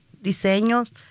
...diseños